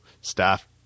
staff